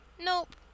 nope